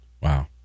Wow